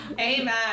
Amen